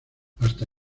hasta